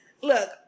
look